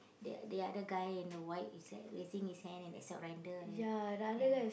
the the other guy in the white he's like raising his hand in a surrender like that ya